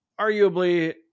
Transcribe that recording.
arguably